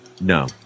no